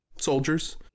Soldiers